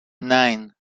nine